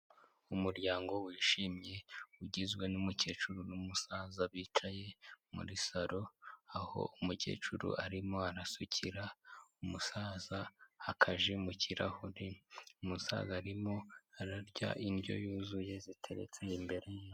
Umuryango wishimye ugizwe n'umukecuru n'umusaza bicaye muri saro; aho umukecuru arimo arasukira umusaza akaji mu kirahure; umusaza arimo ararya indyo yuzuye ziteretse imbere ye.